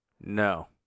No